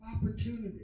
opportunity